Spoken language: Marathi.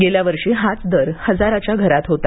गेल्यावर्षी हाच दर हजाराच्या घरात होता